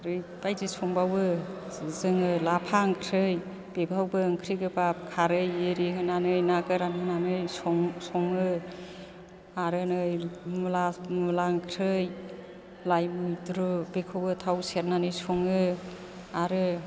ओरैबायदि संबावो जोङो लाफा ओंख्रि बेयावबो ओंख्रि गोबाब खारै इरि होनानै ना गोरान होनानै सङो आरो नै मुला मुला ओंख्रि लाइ मैद्रु बेखौबो थाव सेरनानै सङो आरो